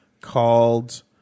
called